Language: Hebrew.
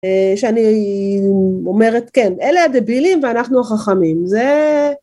שאני אומרת כן, אלה הדבילים ואנחנו החכמים, זה...